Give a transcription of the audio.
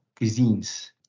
cuisines